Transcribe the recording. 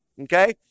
okay